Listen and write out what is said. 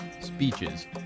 speeches